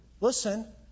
listen